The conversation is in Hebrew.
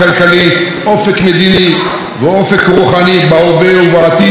ואופק רוחני בהווה ובעתיד של העם היושב בציון ובגולה.